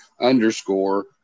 underscore